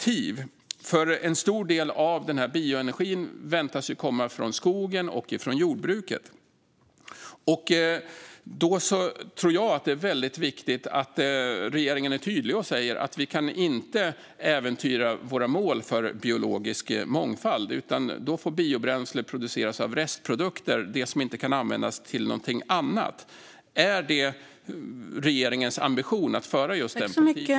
En stor del av bioenergin väntas ju komma från skogen och jordbruket. Jag tror därför att det är viktigt att regeringen tydligt säger att vi inte kan äventyra våra mål för biologisk mångfald, utan då får biobränsle produceras av restprodukter, det som inte kan användas till någonting annat. Är det regeringens ambition att föra just den politiken?